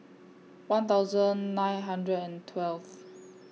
one thousand nine hundred and twelve